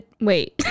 wait